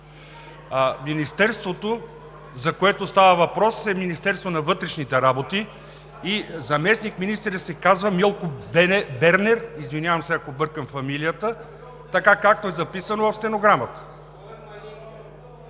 Министерството, за което става въпрос, е Министерството на вътрешните работи и заместник-министърът се казва Милко Бернер – извинявам се, ако бъркам фамилията, така както е записано в стенограмата.